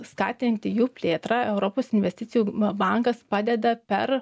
skatinti jų plėtrą europos investicijų bankas padeda per